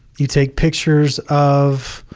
you take pictures of,